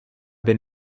been